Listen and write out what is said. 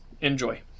enjoy